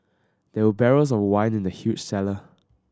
there were barrels of wine in the huge cellar